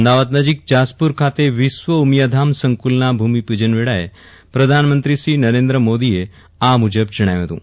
અમદાવાદ નજીક જાસપુર ખાતે વિશ્વ ઉમીયાધામ સંકુલના ભુમિપુજન વેળાએ પ્રધાનમંત્રીશ્રી નરેન્દ્ર મોદીએ આ મુજબ જણાવ્યુ હતું